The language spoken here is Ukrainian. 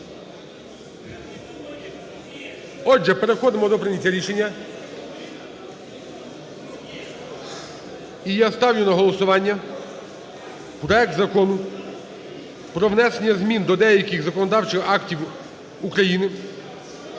Отже, переходимо до прийняття рішення. І я ставлю на голосування проект Закону про внесення змін до деяких законодавчих актів України